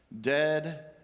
Dead